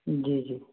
जी जी